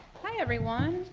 hi, everyone.